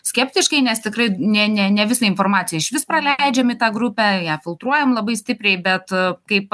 skeptiškai nes tikrai ne ne ne visą informaciją išvis praleidžiam į tą grupę ją filtruojam labai stipriai bet kaip